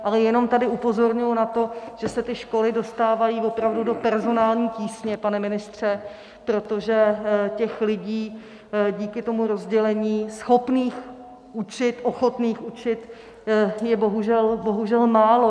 Ale jenom tady upozorňuji na to, že se ty školy dostávají opravdu do personální tísně, pane ministře, protože těch lidí, díky tomu rozdělení, schopných, ochotných učit je bohužel málo.